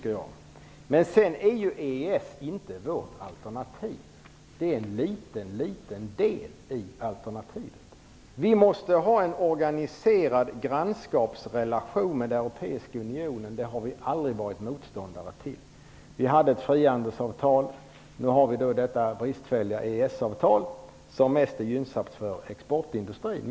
EES är inte vårt alternativ. Det är en liten del i alternativet. Vi måste ha en organiserad grannskapsrelation med den europeiska unionen. Det har vi aldrig varit motståndare till. Sverige hade ett frihandelsavtal, och nu har vi detta bristfälliga EES avtal som mest är gynnsamt för exportindustrin.